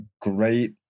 great